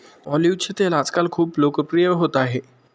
ऑलिव्हचे तेल आजकाल खूप लोकप्रिय होत आहे